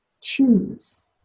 choose